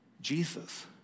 Jesus